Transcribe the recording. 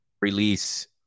release